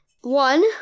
one